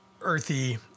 Earthy